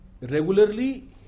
regularly